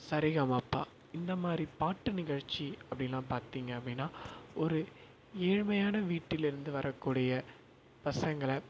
சரிகமபா இந்த மாதிரி பாட்டு நிகழ்ச்சி அப்படின்லாம் பார்த்தீங்க அப்படின்னா ஒரு ஏழ்மையான வீட்டிலிருந்து வரக்கூடிய பசங்களை